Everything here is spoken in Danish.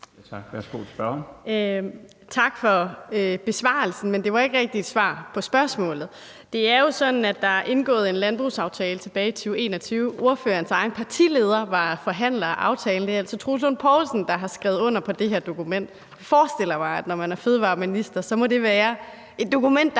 Tak for besvarelsen, men det var ikke rigtig et svar på spørgsmålet. Det er jo sådan, at der er indgået en landbrugsaftale tilbage i 2021. Ministerens egen partileder var forhandler af aftalen. Det er altså Troels Lund Poulsen, der har skrevet under på det her dokument. Og jeg forestiller mig, at når man er minister for fødevarer, landbrug